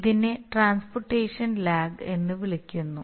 ഇതിനെ transportation lag എന്ന് വിളിക്കുന്നു